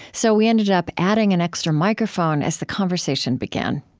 so we ended up adding an extra microphone as the conversation began